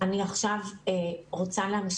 אני רוצה להמשיך.